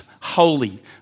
holy